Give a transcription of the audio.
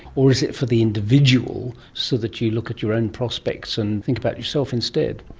or is it for the individual so that you look at your own prospects and think about yourself instead?